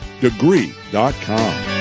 Degree.com